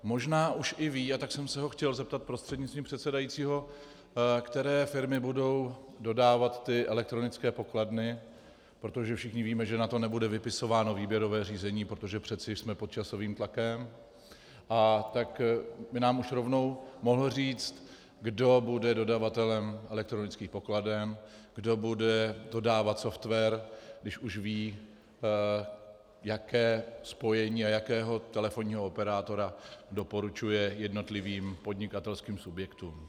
Možná už i ví, a tak jsem se ho chtěl zeptat prostřednictvím předsedajícího, které firmy budou dodávat elektronické pokladny, protože všichni víme, že na to nebude vypisováno výběrové řízení, protože přeci jsme pod časovým tlakem, a tak by nám už rovnou mohl říct, kdo bude dodavatelem elektronických pokladen, kdo bude dodávat software, když už ví, jaké spojení a jakého telefonního operátora doporučuje jednotlivým podnikatelským subjektům.